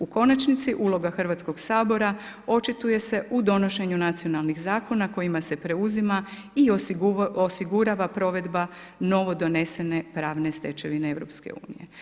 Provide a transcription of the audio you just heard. U konačnici uloga Hrvatskog sabora očituje se u donošenju nacionalnih zakona, kojima se preuzima i osigurava provedba novo donesene pravne stečevine EU.